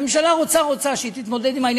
הממשלה רוצה, רוצה, שהיא תתמודד עם זה.